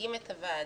מציגים את הוועדה,